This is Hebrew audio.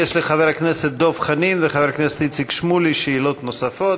לחבר הכנסת דב חנין וחבר הכנסת איציק שמולי יש שאלות נוספות.